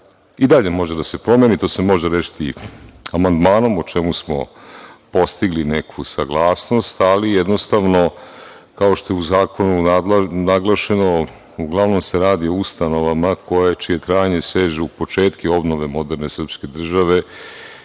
i dalje može da se promeni. To se može rešiti i amandmanom, o čemu smo postigli neku saglasnost, ali jednostavno, kao što je u zakonu naglašeno uglavnom se radi o ustanovama čije trajanje seže u početke obnove moderne srpske države